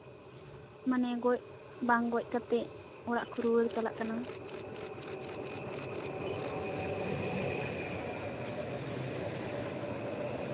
ᱢᱟᱱᱮ ᱜᱚᱡ ᱵᱟᱝ ᱜᱚᱡ ᱠᱟᱛᱮ ᱚᱲᱟᱜ ᱠᱚ ᱨᱩᱣᱟᱹᱲ ᱪᱟᱞᱟᱜ ᱠᱟᱱᱟ